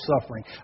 suffering